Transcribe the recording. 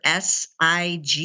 SIG